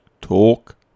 talk